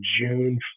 June